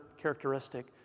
characteristic